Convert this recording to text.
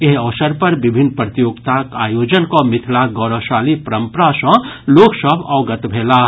एहि अवसर पर विभिन्न प्रतियोगिताक आयोजन कऽ मिथिलाक गौरवशाली परंपरा सँ लोक सभ अवगत भेलाह